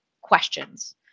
questions